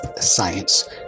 science